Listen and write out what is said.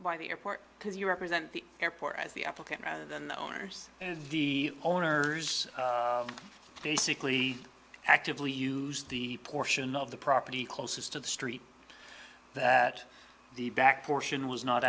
by the airport because you represent the airport as the applicant rather than the owners and the owners basically actively use the portion of the property closest to the street that the back portion was not